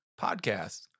podcasts